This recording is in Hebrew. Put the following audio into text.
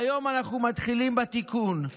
היום אנחנו מתחילים בתיקון,